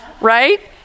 right